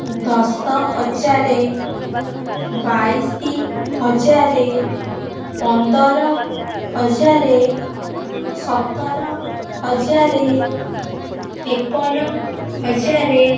ଦଶ ହଜାରେ ବାଇଶ ହଜାରେ ପନ୍ଦର ହଜାରେ ସତର ହଜାରେ ତେପନ ହଜାରେ